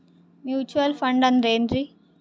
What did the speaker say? Mutual fund ಅಂದ್ರೆನ್ರಿ?